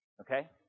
Okay